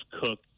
Cook